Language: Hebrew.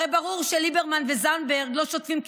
הרי ברור שליברמן וזנדברג לא שוטפים כלים,